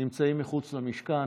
נמצאים מחוץ למשכן.